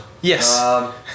Yes